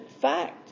fact